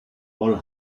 paul